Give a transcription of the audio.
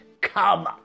Come